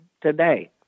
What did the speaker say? today